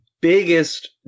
biggest